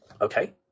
okay